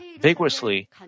vigorously